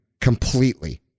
completely